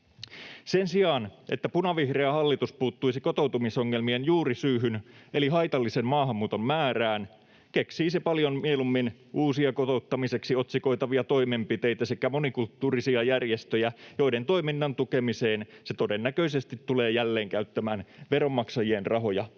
Sen sijaan, että punavihreä hallitus puuttuisi kotoutumisongelmien juurisyyhyn, eli haitallisen maahanmuuton määrään, keksii se paljon mieluummin uusia kotouttamiseksi otsikoitavia toimenpiteitä sekä monikulttuurisia järjestöjä, joiden toiminnan tukemiseen se todennäköisesti tulee jälleen käyttämään veronmaksajien rahoja